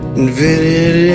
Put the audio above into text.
Invented